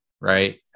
right